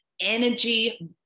energy